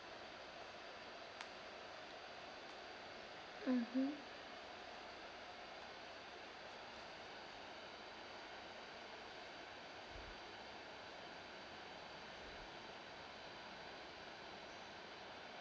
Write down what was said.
mmhmm